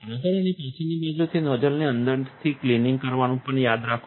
આગળ અને પાછળની બાજુથી નોઝલને અંદરથી ક્લિનિંગ કરવાનું પણ યાદ રાખો